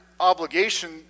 obligation